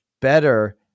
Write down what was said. better